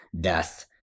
Death